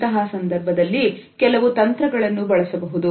ಇಂತಹ ಸಂದರ್ಭದಲ್ಲಿ ಕೆಲವು ತಂತ್ರಗಳನ್ನು ಬಳಸಬಹುದು